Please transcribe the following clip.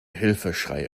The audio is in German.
hilfeschreie